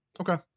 Okay